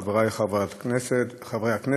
חבריי חברי הכנסת,